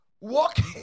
Walking